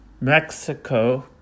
Mexico